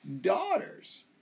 daughters